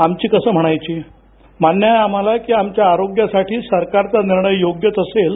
आमची कसं म्हणावं मान्य आहे आम्हाला की आमच्या आरोग्यासाठी शासनाचा निर्णय योग्यच असेल